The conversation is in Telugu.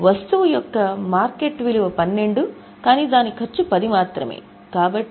వస్తువు యొక్క మార్కెట్ విలువ 12 కానీ దాని ఖర్చు 10 మాత్రమే